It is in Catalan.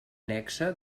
nexe